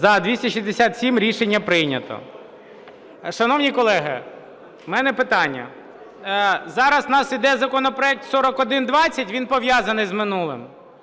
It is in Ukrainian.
За-267 Рішення прийнято. Шановні колеги, у мене питання. Зараз у нас йде законопроект 4120, він пов'язаний з минулим,